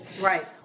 Right